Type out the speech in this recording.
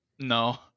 No